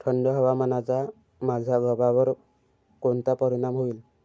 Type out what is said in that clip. थंड हवामानाचा माझ्या गव्हावर कोणता परिणाम होईल?